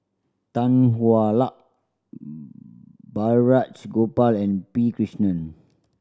Tan Hwa Luck Balraj Gopal and P Krishnan